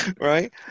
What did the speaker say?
right